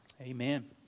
Amen